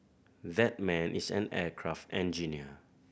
that man is an aircraft engineer